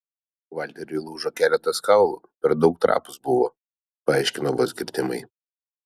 valteriui lūžo keletas kaulų per daug trapūs buvo paaiškino vos girdimai